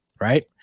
right